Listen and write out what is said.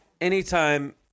anytime